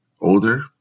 older